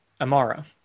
Amara